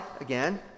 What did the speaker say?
Again